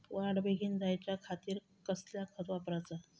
वाढ बेगीन जायच्या खातीर कसला खत वापराचा?